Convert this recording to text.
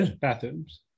Bathrooms